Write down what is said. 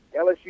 LSU